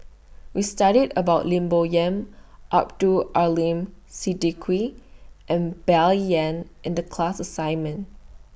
We studied about Lim Bo Yam Abdul Aleem Siddique and Bai Yan in The class assignment